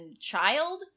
child